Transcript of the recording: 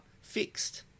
fixed